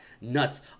Nuts